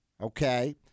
okay